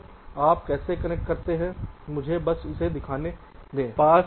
तो आप कैसे कनेक्ट करते हैं मुझे बस इसे यहां दिखाने दें